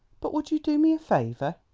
but would you do me a favour?